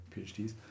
PhDs